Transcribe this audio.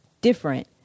different